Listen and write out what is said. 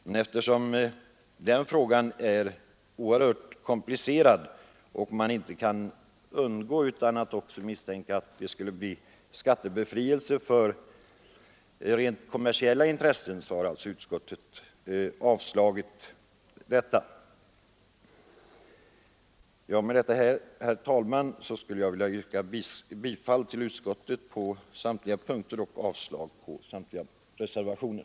Men eftersom den frågan är oerhört komplicerad och man inte kan fria sig från misstanken att det då skulle bli en skattebefrielse också för rent kommersiella intressen, har utskottet avstyrkt det förslaget. Herr talman! Med det anförda vill jag yrka bifall till utskottets hemställan på samtliga punkter och avslag för samtliga reservationer.